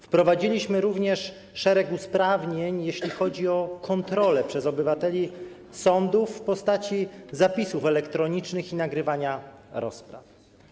Wprowadziliśmy również szereg usprawnień, jeśli chodzi o kontrolę sądów przez obywateli w postaci zapisów elektronicznych i nagrywania rozpraw.